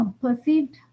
perceived